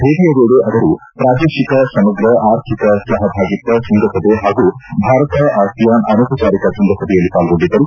ಭೇಟಿಯ ವೇಳೆ ಅವರು ಪ್ರಾದೇಶಿಕ ಸಮಗ್ರ ಆರ್ಥಿಕ ಸಹಭಾಗಿತ್ವ ಶೃಂಗಸಭೆ ಹಾಗೂ ಭಾರತ ಅಸಿಯಾನ್ ಅನೌಪಚಾರಿಕ ಶೃಂಗಸಭೆಯಲ್ಲಿ ಪಾಲ್ಗೊಂಡಿದ್ದರು